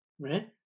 right